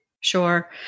Sure